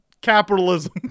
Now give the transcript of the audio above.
capitalism